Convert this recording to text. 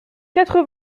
quatre